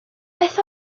beth